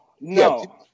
no